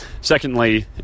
Secondly